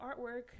artwork